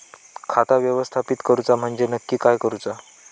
खाता व्यवस्थापित करूचा म्हणजे नक्की काय करूचा?